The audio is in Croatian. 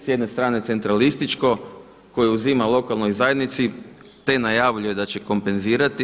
S jedne strane centralističko koje uzima lokalnoj zajednici te najavljuje da će kompenzirati.